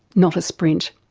not a sprint.